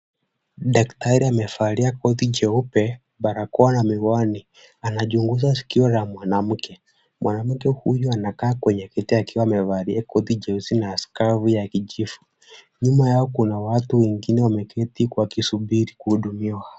Daktari amevalia koti jeupe, barakoa na miwani anachunguza sikio la mwanamke. Mwanamke huyu anakaa kwenye kiti akiwa amevalia koti jeusi na skafu ya kijivu. Nyuma yao kuna watu wengine wameketi huku wakisubiri kuhudumiwa.